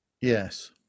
Yes